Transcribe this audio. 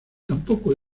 tampoco